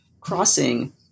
crossing